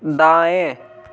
दाएं